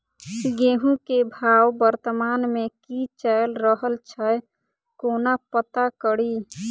गेंहूँ केँ भाव वर्तमान मे की चैल रहल छै कोना पत्ता कड़ी?